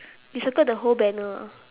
you circle the whole banner